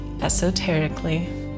esoterically